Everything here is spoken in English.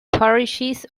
parishes